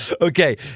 Okay